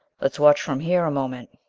let's watch from here a moment,